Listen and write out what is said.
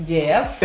Jeff